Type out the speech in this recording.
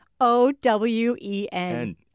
O-W-E-N